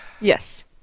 Yes